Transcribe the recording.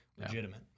legitimate